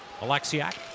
Alexiak